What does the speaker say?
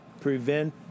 prevent